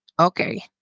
Okay